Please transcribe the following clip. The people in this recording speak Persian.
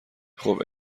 خوب